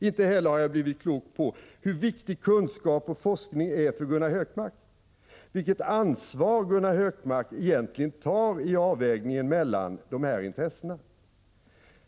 Inte heller har jag blivit klok på hur viktigt kunskap och forskning är för Gunnar Hökmark, vilket ansvar Gunnar Hökmark egentligen tar i avvägningen mellan de här intressena.